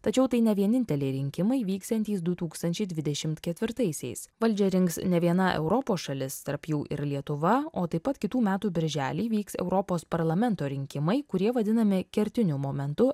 tačiau tai ne vieninteliai rinkimai vyksiantys du tūkstančiai dvidešimt ketvirtaisiais valdžią rinks nė viena europos šalis tarp jų ir lietuva o taip pat kitų metų birželį vyks europos parlamento rinkimai kurie vadinami kertiniu momentu